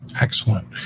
Excellent